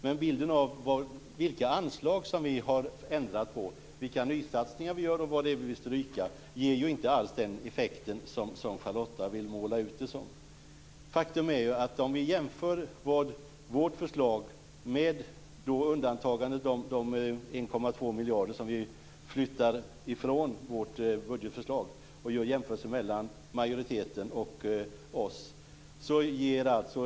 Men bilden av vilka anslag som vi har ändrat på, vilka nysatsningar vi gör och vad det är vi vill stryka ger ju inte alls den effekt som Charlotta vill måla upp. Vi kan jämföra vårt förslag, då undantagande de 1,2 miljarder som vi flyttar från vårt budgetförslag, med majoritetens.